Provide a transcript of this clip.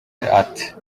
ati